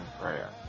prayer